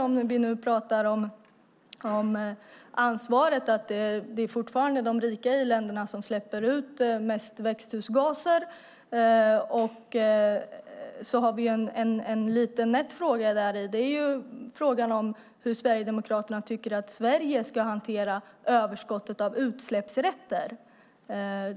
Om vi nu pratar om ansvaret är det fortfarande de rika i-länderna som släpper ut mest växthusgaser. Vi har en liten nätt fråga däri, och det är frågan hur Sverigedemokraterna tycker att Sverige ska hantera överskottet av utsläppsrätter.